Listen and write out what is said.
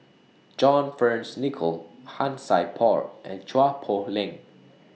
John Fearns Nicoll Han Sai Por and Chua Poh Leng